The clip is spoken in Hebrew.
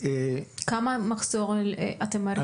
כמה מחסור אתם מעריכים?